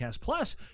Plus